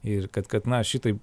ir kad kad na šitaip